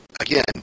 Again